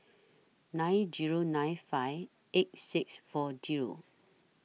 nine Zero nine five eight six four Zero